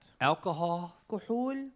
alcohol